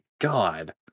god